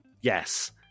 Yes